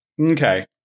Okay